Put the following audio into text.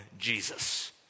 Jesus